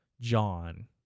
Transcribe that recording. John